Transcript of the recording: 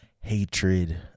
hatred